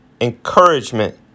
Encouragement